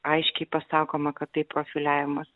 aiškiai pasakoma kad tai profiliavimas